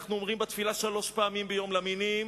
אנחנו אומרים בתפילה שלוש פעמים ביום: למינים,